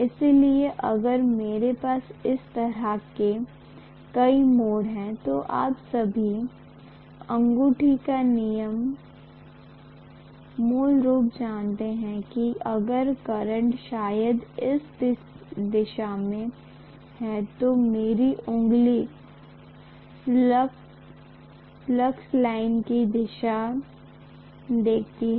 इसलिए अगर मेरे पास इस तरह के कई मोड़ हैं तो आप सभी अंगूठे का नियम मूल रूप जानते हैं कि अगर मेरा करंट शायद इस दिशा में है तो मेरी उंगली फ्लक्स लाइनों की दिशा दिखाती है